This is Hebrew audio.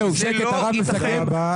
זה לא יתכן.